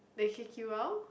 they kick you out